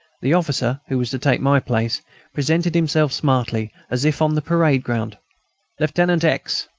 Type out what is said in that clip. the officer who was to take my place presented himself smartly, as if on the parade-ground. lieutenant x.